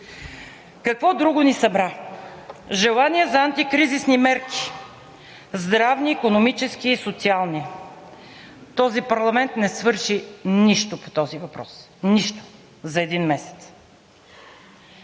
Какво друго ни събра? Желание за антикризисни мерки – здравни, икономически и социални. Този парламент не свърши нищо по този въпрос.